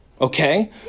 Okay